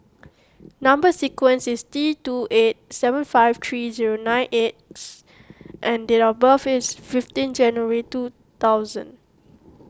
Number Sequence is T two eight seven five three zero nine X and date of birth is fifteen January two thousand